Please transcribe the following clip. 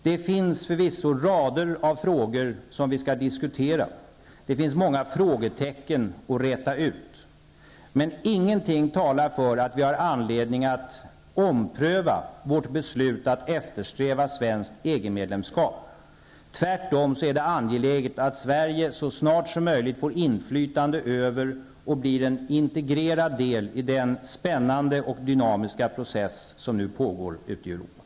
Det finns förvisso rader av frågor som vi skall diskutera, många frågetecken att räta ut, men ingenting talar för att vi har anledning att ompröva vårt beslut att eftersträva svenskt EG medlemskap. Tvärtom är det angeläget att Sverige så snart som möjligt får inflytande över och blir en integrerad del i den spännande och dynamiska process som nu pågår ute i Europa.